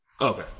Okay